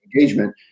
engagement